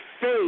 faith